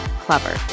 Clever